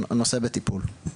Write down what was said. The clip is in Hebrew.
הנושא בטיפול.